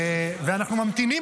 אנחנו ממתינים,